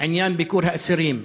עניין ביקור האסירים,